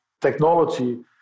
technology